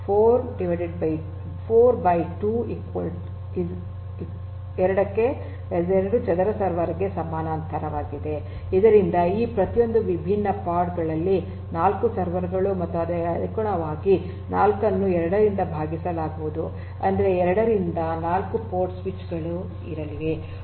ಆದ್ದರಿಂದ ಕೆ 4 ೪ ೨ ೨ ಚದರ ಸರ್ವರ್ ಗಳು ಇದರರ್ಥ ಈ ಪ್ರತಿಯೊಂದು ವಿಭಿನ್ನ ಪಾಡ್ ಗಳಲ್ಲಿ 4 ಸರ್ವರ್ ಗಳು ಮತ್ತು ಅದಕ್ಕೆ ಅನುಗುಣವಾಗಿ 4 ಅನ್ನು 2 ರಿಂದ ಭಾಗಿಸಲಾಗುವುದು ಅಂದರೆ 2 ರಿಂದ 4 ಪೋರ್ಟ್ ಸ್ವಿಚ್ ಗಳು ಇರಲಿವೆ